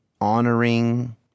honoring